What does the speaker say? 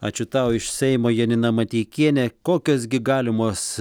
ačiū tau iš seimo janina mateikienė kokios gi galimos